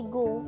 go